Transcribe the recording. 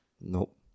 Nope